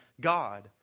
God